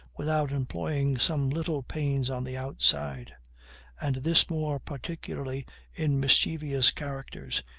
without employing some little pains on the outside and this more particularly in mischievous characters,